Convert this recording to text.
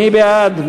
מי בעד?